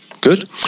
Good